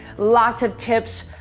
lots of tips,